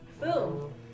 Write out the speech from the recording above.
Boom